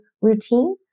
routine